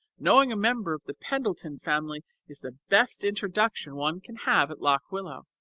knowing a member of the pendleton family is the best introduction one can have at lock willow.